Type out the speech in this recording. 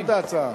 זאת ההצעה.